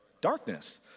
Darkness